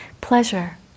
Pleasure